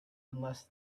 unless